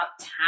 time